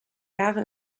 jahre